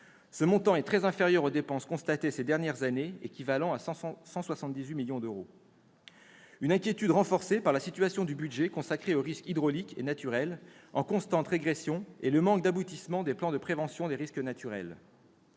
Ce montant est très inférieur aux dépenses constatées ces dernières années, équivalentes à 178 millions d'euros. Cette inquiétude est renforcée par la situation du budget consacré aux risques hydrauliques et naturels, en constante régression, et le manque d'aboutissement des plans de prévention des risques naturels